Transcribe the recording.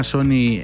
Sony